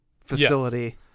facility